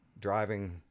driving